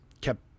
kept